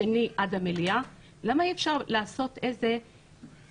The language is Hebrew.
שני עד המליאה למה אי-אפשר איזה סנכרון